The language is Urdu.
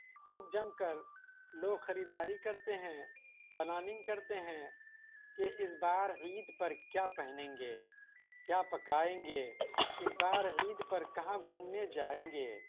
خوب جم کر لوگ خریداری کرتے ہیں پلاننگ کرتے ہیں کہ اس بار عید پر کیا پہنیں گے کیا پکائیں گے اس بار عید پر کہاں گھومنے جائیں گے